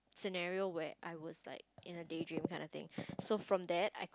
scenario where I was like in a day dream kind of thing so from that I could